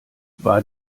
war